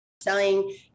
selling